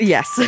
Yes